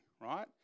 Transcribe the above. right